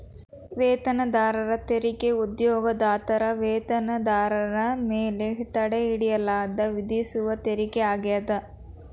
ವೇತನದಾರರ ತೆರಿಗೆ ಉದ್ಯೋಗದಾತರ ವೇತನದಾರರ ಮೇಲೆ ತಡೆಹಿಡಿಯಲಾದ ವಿಧಿಸುವ ತೆರಿಗೆ ಆಗ್ಯಾದ